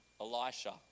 Elisha